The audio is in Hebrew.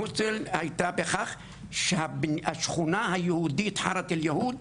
מוסול הייתה בכך שהשכונה היהודית, חרת אל יהוד,